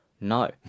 no